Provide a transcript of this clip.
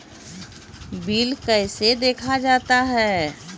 Bill कैसे देखा जाता हैं?